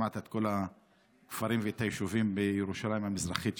שמעת את כל הכפרים ואת היישובים בירושלים המזרחית,